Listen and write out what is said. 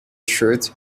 shirt